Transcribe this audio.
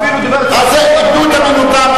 אפילו, מה זה "איבדו את אמינותן"?